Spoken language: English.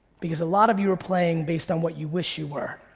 because a lot of you are playing based on what you wish you were.